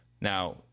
Now